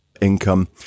income